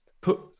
put